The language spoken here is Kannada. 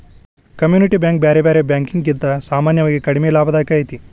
ಕಮ್ಯುನಿಟಿ ಬ್ಯಾಂಕ್ ಬ್ಯಾರೆ ಬ್ಯಾರೆ ಬ್ಯಾಂಕಿಕಿಗಿಂತಾ ಸಾಮಾನ್ಯವಾಗಿ ಕಡಿಮಿ ಲಾಭದಾಯಕ ಐತಿ